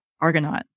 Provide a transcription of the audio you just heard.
Argonaut